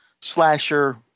slasher